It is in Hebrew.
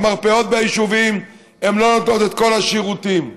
והמרפאות ביישובים לא נותנות את כל השירותים,